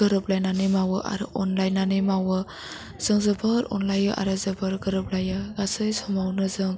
गोरोबलायनानै मावो आरो अनलायनानै मावो जों जोबोर अनलायो आरो जोबोर गोरोबलायो गासै समावनो जों